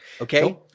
okay